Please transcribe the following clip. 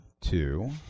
two